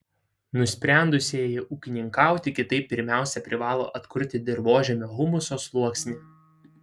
nusprendusieji ūkininkauti kitaip pirmiausia privalo atkurti dirvožemio humuso sluoksnį